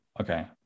Okay